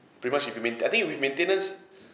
pretty much if you maint~ I think with maintenance